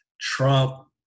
Trump